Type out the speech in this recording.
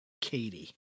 Katie